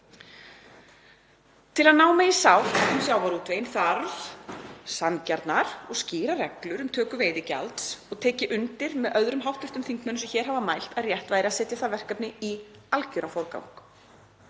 Til að ná megi sátt um sjávarútveginn þarf sanngjarnar og skýrar reglur um töku veiðigjalds og tek ég undir með öðrum hv. þingmönnum sem hér hafa mælt að rétt væri að setja það verkefni í algjöran forgang.